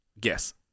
Guess